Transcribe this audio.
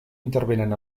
intervenen